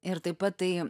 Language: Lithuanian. ir taip pat tai